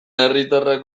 herriatarrak